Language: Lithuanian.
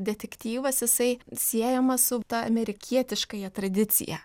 detektyvas jisai siejamas su ta amerikietiškąja tradicija